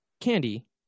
candy